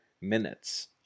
minutes